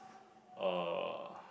uh